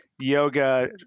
yoga